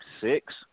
six